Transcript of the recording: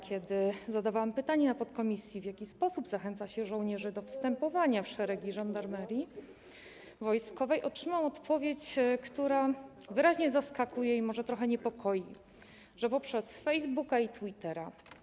Kiedy zadawałam pytanie na posiedzeniu podkomisji o to, w jaki sposób zachęca się żołnierzy do wstępowania w szeregi Żandarmerii Wojskowej, otrzymałam odpowiedź, która wyraźnie zaskakuje i może trochę niepokoi: że poprzez Facebooka i Twittera.